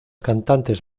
cantantes